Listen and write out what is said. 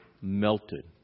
melted